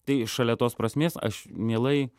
tai šalia tos prasmės aš mielai